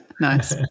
Nice